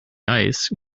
ice